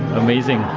amazing,